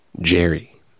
jerry